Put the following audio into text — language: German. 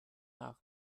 haaren